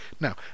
Now